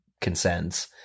consents